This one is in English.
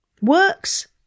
works